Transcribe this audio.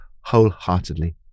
wholeheartedly